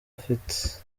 afite